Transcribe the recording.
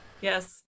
Yes